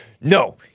no